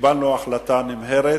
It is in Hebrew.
קיבלנו החלטה נמהרת,